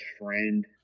friend